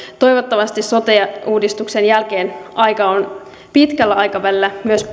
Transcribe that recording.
toivottavasti sote uudistuksen jälkeen aika on pitkällä aikavälillä pohtia myös